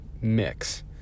Mix